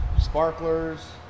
sparklers